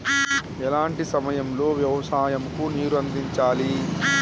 ఎలాంటి సమయం లో వ్యవసాయము కు నీరు అందించాలి?